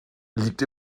liegt